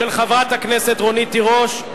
של חברת הכנסת רונית תירוש,